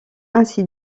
ainsi